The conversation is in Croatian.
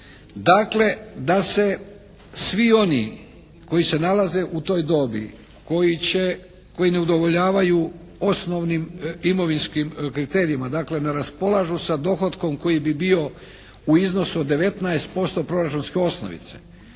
dakle da se svi oni koji se nalaze u toj dobi, koji ne udovoljavaju osnovnim imovinskim kriterijima dakle ne raspolažu sa dohotkom koji bi bio u iznosu od 10% proračunske osnovice,